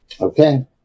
Okay